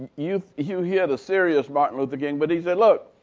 you you hear the serious martin luther king but he said, look,